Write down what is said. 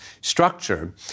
structure